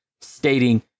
stating